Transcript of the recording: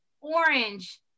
orange